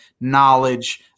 knowledge